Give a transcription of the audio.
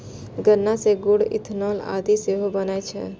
गन्ना सं गुड़, इथेनॉल आदि सेहो बनै छै